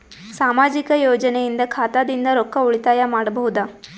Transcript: ಸಾಮಾಜಿಕ ಯೋಜನೆಯಿಂದ ಖಾತಾದಿಂದ ರೊಕ್ಕ ಉಳಿತಾಯ ಮಾಡಬಹುದ?